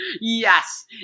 Yes